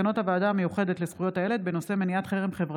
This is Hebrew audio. מסקנות הוועדה המיוחדת לזכויות הילד בעקבות דיון